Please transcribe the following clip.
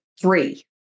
three